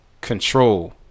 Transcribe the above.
Control